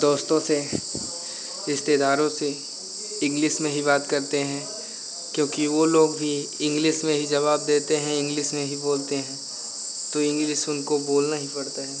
दोस्तों से रिश्तेदारों से इंग्लिश में ही बात करते हैं क्योंकि वह लोग भी इंग्लिश में ही जवाब देते हैं इंग्लिश में ही बोलते हैं तो इंग्लिश उनको बोलना ही पड़ता है